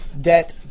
debt